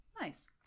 Nice